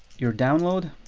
your download